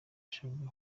yashakaga